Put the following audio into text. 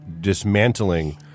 dismantling